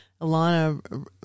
alana